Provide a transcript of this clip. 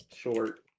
short